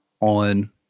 on –